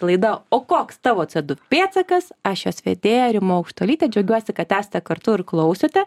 laida o koks tavo c du pėdsakas aš jos vedėja rima aukštuolytė džiaugiuosi kad esate kartu ir klausote